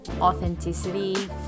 authenticity